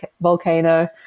Volcano